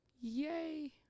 Yay